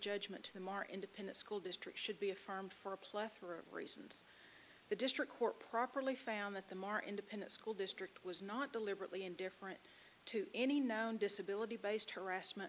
judgment to them are independent school district should be affirmed for a plethora of reasons the district court properly found that the mar independent school district was not deliberately indifferent to any known disability based harassment